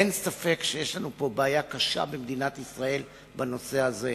אין ספק שיש לנו פה במדינת ישראל בעיה קשה בנושא הזה.